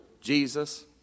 Jesus